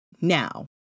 now